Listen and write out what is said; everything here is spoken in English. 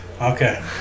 Okay